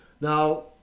Now